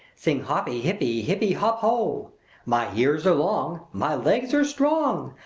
sing hoppy-hippy-hippy-hop-o! my ears are long, my legs are strong,